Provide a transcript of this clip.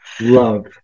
Love